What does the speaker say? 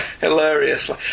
Hilariously